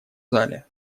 зале